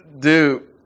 Dude